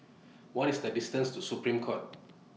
What IS The distance to Supreme Court